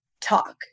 talk